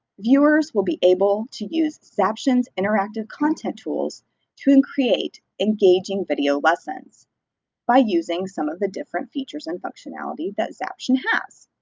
viewers will be able to use zaption's interactive content tools to and create engaging video lessons by using some of the different features and functionality that zaption has.